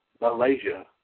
Malaysia